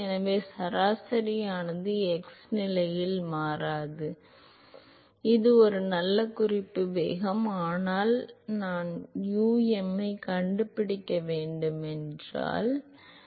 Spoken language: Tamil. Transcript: எனவே சராசரியானது x நிலையில் மாறாது எனவே இது ஒரு நல்ல குறிப்பு வேகம் ஆனால் நீங்கள் um ஐக் கண்டுபிடிக்க வேண்டும் என்றால் நீங்கள் என்னவென்று தெரிந்து கொள்ள வேண்டும்